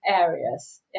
areas